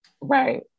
Right